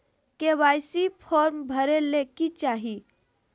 KYC form भरे ले कि चाही?